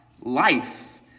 life